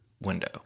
window